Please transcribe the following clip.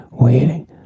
Waiting